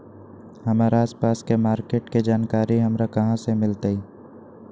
हमर आसपास के मार्किट के जानकारी हमरा कहाँ से मिताई?